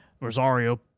Rosario –